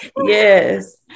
Yes